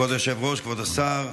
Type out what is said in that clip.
כבוד היושב-ראש, כבוד השר,